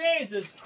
Jesus